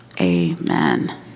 Amen